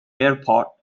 airport